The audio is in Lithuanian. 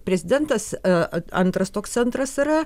prezidentas a antras toks centras yra